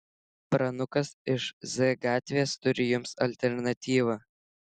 pranukas iš z gatvės turi jums alternatyvą